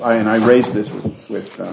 i and i raise this with